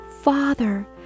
Father